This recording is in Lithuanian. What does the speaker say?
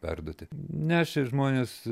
perduoti nešė žmonės